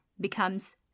becomes